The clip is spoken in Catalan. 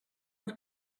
els